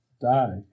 die